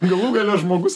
galų gale žmogus